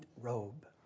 robe